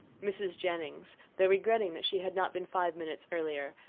mrs. jennings, though regretting that she had not been five minutes earlier,